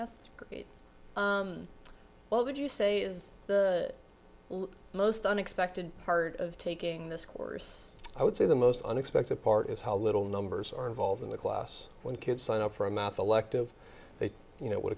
well would you say is the most unexpected part of taking this course i would say the most unexpected part is how little numbers are involved in the class when kids sign up for a math elective they you know would